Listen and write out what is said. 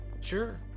Sure